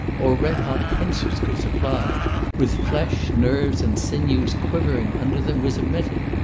or red-hot pincers could supply with flesh, nerves, and sinews quivering under them, was omitted.